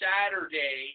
Saturday